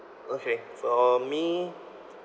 okay for me